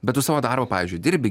bet tu savo darbą pavyzdžiui dirbi